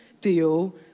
deal